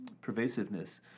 pervasiveness